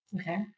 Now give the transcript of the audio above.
Okay